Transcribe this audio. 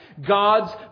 God's